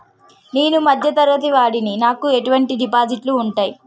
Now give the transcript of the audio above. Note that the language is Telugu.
నేను మధ్య తరగతి వాడిని నాకు ఎటువంటి డిపాజిట్లు ఉంటయ్?